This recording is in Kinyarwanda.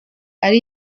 ari